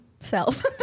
Self